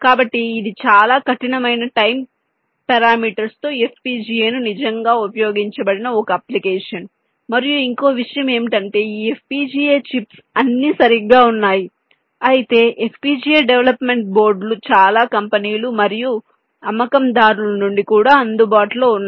కాబట్టి ఇది చాలా కఠినమైన టైం పారామీటర్స్ తో FPGA ని నిజంగా ఉపయోగించబడిన ఒక అప్లికేషన్ మరియు ఇంకో విషయం ఏమిటంటే ఈ FPGA చిప్స్ అన్నీ సరిగ్గా ఉన్నాయి అయితే FPGA డెవలప్మెంట్ బోర్డు లు చాలా కంపెనీలు మరియు అమ్మకందారుల నుండి కూడా అందుబాటులో ఉన్నాయి